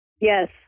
yes